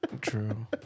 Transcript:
True